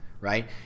right